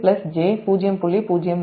297 j 0